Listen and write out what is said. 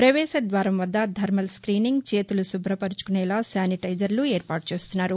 పవేశద్వారం వద్ద thermal scanning చేతులు శుభ్రపర్చుకునేలా శానిటైజర్లు ఏర్పాటు చేస్తున్నారు